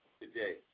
today